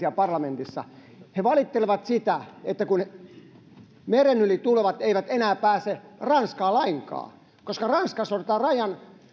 ja turvallisuusjaoston kanssa vierailulla kun he valittelivat sitä että meren yli tulevat eivät enää pääse ranskaan lainkaan koska ranskassa otetaan rajan